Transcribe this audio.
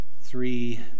Three